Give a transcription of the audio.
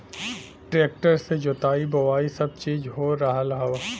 tractor से जोताई बोवाई सब चीज हो रहल हौ